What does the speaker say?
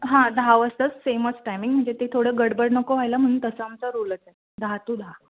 हां दहा वाजता सेमच टायमिंग म्हणजे ते थोडं गडबड नको व्हायला म्हणून तसा आमचा रूलच आहे दहा टू दहा